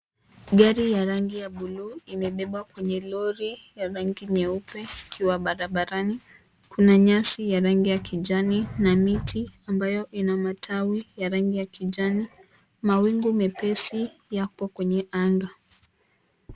Gari ya rangi ya blue imebebwa kwa Lori nyeupe kwenye barabara. Kuna nyasi ya rangi ya kijani na miti ambayo Ina matawi ya rangi ya kijani, mawingu mepesi yapo kwenye anga.